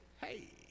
Hey